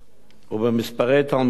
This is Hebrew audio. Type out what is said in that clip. ובמספרי תלמידים